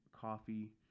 coffee